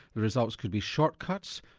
the results could be shortcuts,